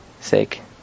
sake